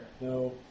No